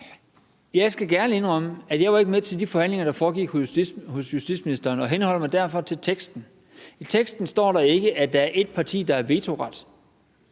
Jeg skal gerne indrømme, at jeg ikke har været med til de forhandlinger, der foregik hos justitsministeren, og jeg henholder mig derfor til teksten, og i teksten står der ikke, at der er ét parti, der har vetoret,